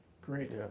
Great